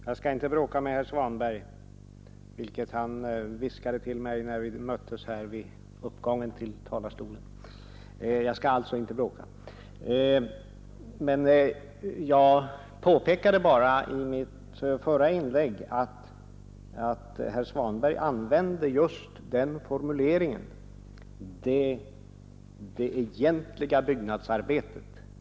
Hö Herr talman! När vi möttes vid uppgången till talarstolen viskade herr Svanberg till mig att jag inte skulle bråka med honom. Jag skall inte bråka utan vill bara erinra om att vad jag påpekade i mitt förra inlägg var att herr Svanberg använde just formuleringen ”det egentliga byggnadsarbetet”.